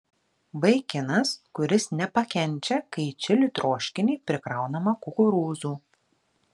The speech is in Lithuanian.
vaikinas kuris nepakenčia kai į čili troškinį prikraunama kukurūzų